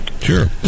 Sure